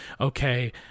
okay